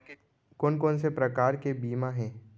कोन कोन से प्रकार के बीमा हे?